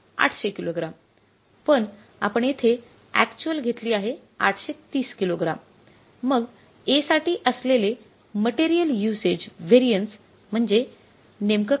800 kilo gram पण आपण येथे अकयच्युअल घेतली आहे ८३० किलो ग्राम मग A साठी असलेले मटेरियल युसेज व्हेरिएन्स म्हणजे नेमकं काय